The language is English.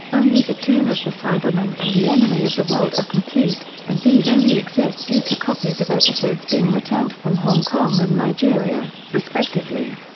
only the tomb of the cybermen and the enemy of the world are complete, and these only exist due to copies of episodes being returned from hong kong and nigeria, respectively.